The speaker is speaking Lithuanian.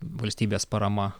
valstybės parama